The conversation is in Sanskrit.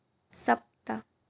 सप्त